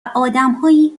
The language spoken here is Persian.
آدمهایی